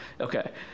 Okay